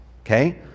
Okay